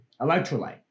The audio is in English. electrolyte